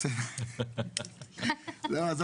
אולי מנכ"ל הביטוח הלאומי יודע להגיד